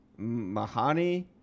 Mahani